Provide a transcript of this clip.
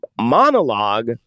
monologue